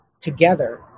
together